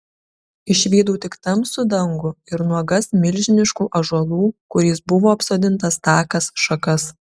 išvydau tik tamsų dangų ir nuogas milžiniškų ąžuolų kuriais buvo apsodintas takas šakas